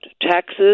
taxes